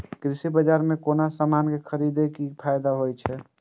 कृषि बाजार में कोनो सामान खरीदे के कि फायदा होयत छै?